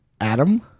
Adam